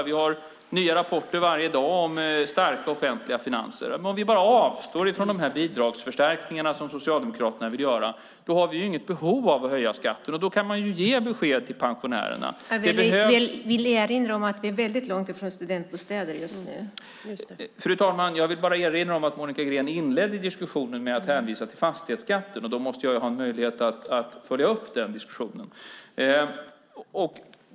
Vi får nya rapporter varje dag om starka offentliga finanser. Om vi bara avstår från de bidragsförstärkningar som Socialdemokraterna vill göra har vi inget behov av att höja skatten, och då kan man ge besked till pensionärerna. Fru talman! Jag vill bara erinra om att Monica Green inledde diskussionen med att hänvisa till fastighetsskatten, och då måste jag ha möjlighet att följa upp den diskussionen.